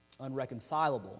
unreconcilable